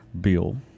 Bill